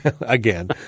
again